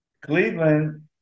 Cleveland